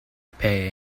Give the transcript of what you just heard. pay